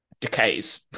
decays